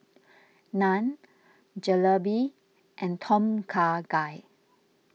Naan Jalebi and Tom Kha Gai